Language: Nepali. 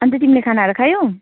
अन्त तिमीले खानाहरू खायौ